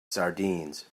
sardines